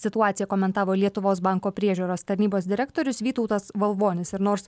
situaciją komentavo lietuvos banko priežiūros tarnybos direktorius vytautas valvonis ir nors